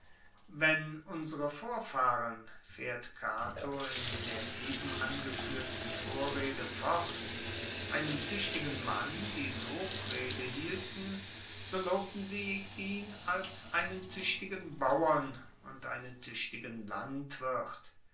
wenn unsere vorfahren faehrt cato in der eben angefuehrten vorrede fort einem tuechtigen mann die lobrede hielten so lobten sie ihn als einen tuechtigen bauern und einen tuechtigen landwirt